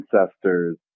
ancestors